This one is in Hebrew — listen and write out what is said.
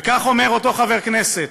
וכך אומר אותו חבר כנסת: